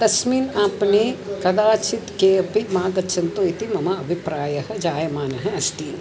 तस्मिन् आपणे कदाचित् केऽपि मा गच्छन्तु इति मम अभिप्रायः जायमानः अस्ति